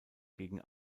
gegen